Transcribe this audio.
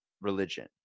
religion